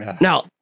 Now